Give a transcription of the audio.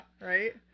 right